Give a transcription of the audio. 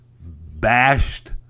bashed